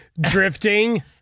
drifting